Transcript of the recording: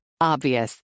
Obvious